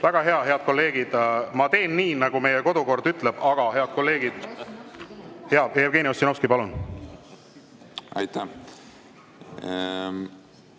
Väga hea. Head kolleegid, ma teen nii, nagu meie kodukord ütleb. Aga head kolleegid … Jevgeni Ossinovski, palun! Okei.